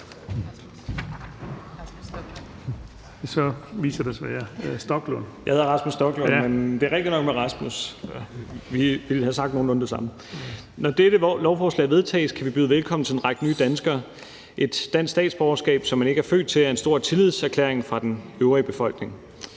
ordfører, og det er hr. Rasmus Stoklund. Værsgo. Kl. 10:39 (Ordfører) Rasmus Stoklund (S): Når dette lovforslag vedtages, kan vi byde velkommen til en række nye danskere. Et dansk statsborgerskab, som man ikke er født til, er en stor tillidserklæring fra den øvrige befolkning.